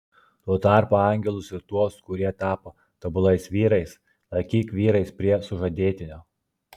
tuo tarpu angelus ir tuos kurie tapo tobulais vyrais laikyk vyrais prie sužadėtinio